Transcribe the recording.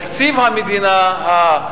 תקציב המדינה,